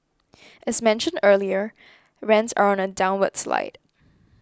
as mentioned earlier rents are on a downward slide